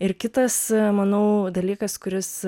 ir kitas manau dalykas kuris